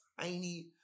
tiny